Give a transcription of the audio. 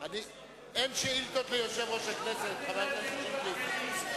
אין שאילתות ליושב-ראש הכנסת, חבר הכנסת טיבי.